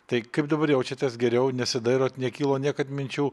tai kaip dabar jaučiatės geriau nesidairot nekyla niekad minčių